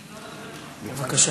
בבקשה.